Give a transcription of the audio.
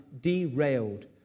derailed